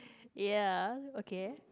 ya okay